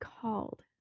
called